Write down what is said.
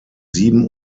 sieben